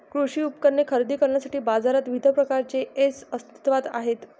कृषी उपकरणे खरेदी करण्यासाठी बाजारात विविध प्रकारचे ऐप्स अस्तित्त्वात आहेत